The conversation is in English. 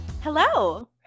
Hello